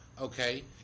Okay